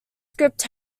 script